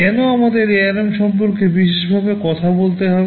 কেন আমাদের ARM সম্পর্কে বিশেষভাবে কথা বলতে হবে